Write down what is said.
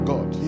God